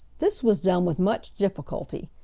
this was done with much difficulty,